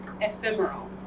ephemeral